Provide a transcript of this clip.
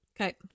Okay